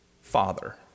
Father